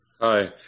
Hi